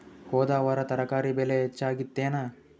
ಹೊದ ವಾರ ತರಕಾರಿ ಬೆಲೆ ಹೆಚ್ಚಾಗಿತ್ತೇನ?